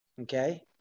Okay